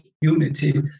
unity